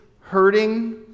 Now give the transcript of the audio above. hurting